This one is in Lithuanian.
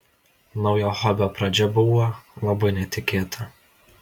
naujo hobio pradžia būva labai netikėta